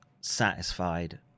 satisfied